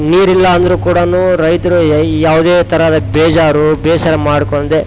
ನೀರಿಲ್ಲ ಅಂದರು ಕೂಡ ರೈತ್ರು ಯಾವುದೇ ಥರದ ಬೇಜಾರು ಬೇಸರ ಮಾಡ್ಕೊಳ್ದೆ